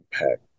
impact